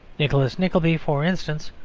nicholas nickleby, for instance,